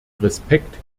respekt